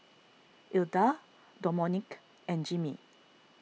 Ilda Domonique and Jimmie